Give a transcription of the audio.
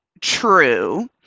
true